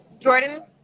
Jordan